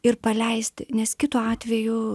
ir paleisti nes kitu atveju